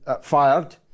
fired